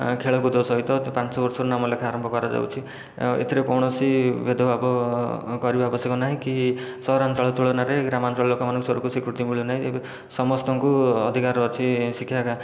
ଖେଳକୁଦ ସହିତ ପାଞ୍ଚ ବର୍ଷରୁ ନାମଲେଖା ଆରମ୍ଭ କରାଯାଉଛି ଏଥିରେ କୌଣସି ଭେଦଭାବ କରିବା ଆବଶ୍ୟକ ନାହିଁ କି ସହରାଞ୍ଚଳ ତୁଳନାରେ ଗ୍ରାମାଞ୍ଚଳ ଲୋକମାନଙ୍କ ସ୍ୱରକୁ ସ୍ୱୀକୃତି ମିଳୁନାହିଁ ଏବେ ସମସ୍ତଙ୍କୁ ଅଧିକାର ଅଛି ଶିକ୍ଷା